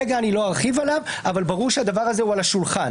אני לא ארחיב עליו כרגע אבל ברור שהוא על השולחן.